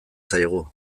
zaigu